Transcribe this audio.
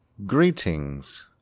Greetings